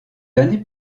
années